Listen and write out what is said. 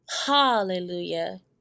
Hallelujah